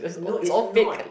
no it's not